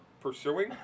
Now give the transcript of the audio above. pursuing